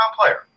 player